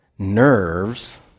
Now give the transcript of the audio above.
nerves